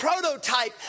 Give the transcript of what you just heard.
prototype